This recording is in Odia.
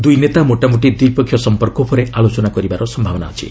ଦୁଇ ନେତା ମୋଟାମୋଟି ଦ୍ୱିପକ୍ଷୀୟ ସଂପର୍କ ଉପରେ ଆଲୋଚନା କରିବା ସମ୍ଭାବନା ଅଛି